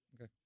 Okay